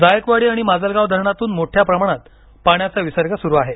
जायकवाडी आणि माजलगाव धरणातून मोठ्या प्रमाणात पाण्याचा विसर्ग सुरु आहे